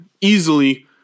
easily